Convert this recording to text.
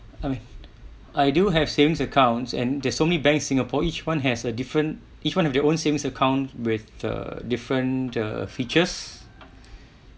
I mean I do have savings accounts and there's only bank singapore each one has a different each one have their own savings account with the different err features